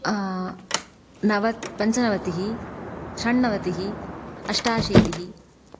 नव पञ्चनवतिः षण्णवतिः अष्टाशीतिः